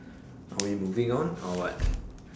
are we moving on or what